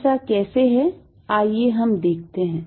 ऐसा कैसे है आइए हम देखते हैं